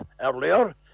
earlier